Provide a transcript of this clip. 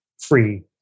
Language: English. free